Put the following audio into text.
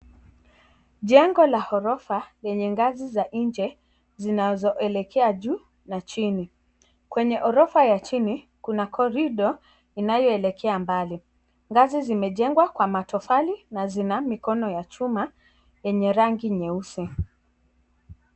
Jengo la horofa zenye ngazi za nje zinazoelekea juu na chini, kwenye orofa ya chini kuna corridor inayoelekea mbali, ngazi zimejengwa kwa matofali na zina mikono ya chuma yenye rangi nyeusi.